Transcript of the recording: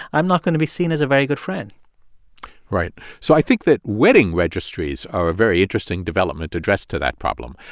i'm not going to be seen as a very good friend right. so i think that wedding registries are a very interesting development addressed to that problem.